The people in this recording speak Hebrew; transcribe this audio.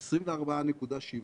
24.7%,